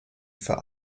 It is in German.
für